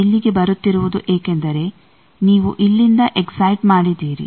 ಇಲ್ಲಿಗೆ ಬರುತ್ತಿರುವುದು ಏಕೆಂದರೆ ನೀವು ಇಲ್ಲಿಂದ ಎಕ್ಸೈಟ್ ಮಾಡಿದ್ದೀರಿ